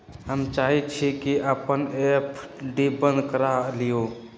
हम चाहई छी कि अपन एफ.डी बंद करा लिउ